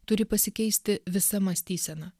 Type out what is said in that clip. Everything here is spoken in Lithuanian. turi pasikeisti visa mąstysena